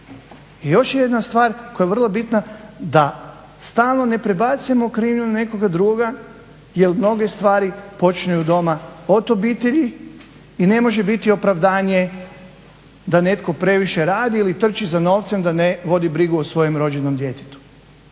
I još jedna stvar koja je vrlo bitna, da stalno ne prebacujemo krivnju na nekoga drugoga jer mnoge stvari počinju od doma, od obitelji i ne može biti opravdanje da netko previše radi ili trči za novcem da ne vodi brigu o svojem rođenom djetetu.